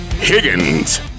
higgins